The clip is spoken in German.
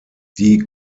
die